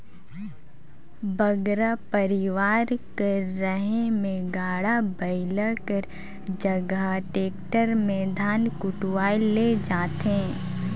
बगरा परिवार कर रहें में गाड़ा बइला कर जगहा टेक्टर में धान कुटवाए ले जाथें